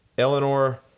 Eleanor